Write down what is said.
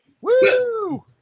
Woo